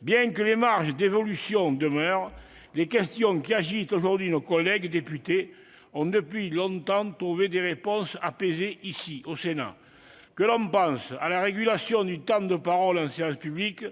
Bien que des marges d'évolution demeurent, les questions qui agitent aujourd'hui nos collègues députés ont depuis plus longtemps trouvé des réponses apaisées ici, qu'il s'agisse de la régulation du temps de parole en séance publique